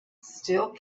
still